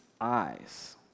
Eyes